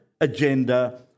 agenda